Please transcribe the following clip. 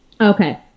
Okay